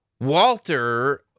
Walter